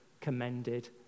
commended